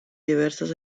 diversas